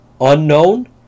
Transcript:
unknown